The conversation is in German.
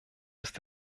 ist